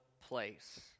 place